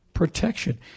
Protection